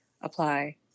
apply